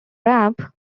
ramp